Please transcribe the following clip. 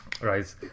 Right